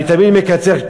אני תמיד מקצר,